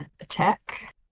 Attack